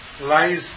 lies